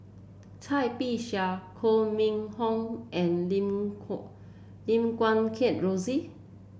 Cai Bixia Koh Mun Hong and Lim Lim Guat Kheng Rosie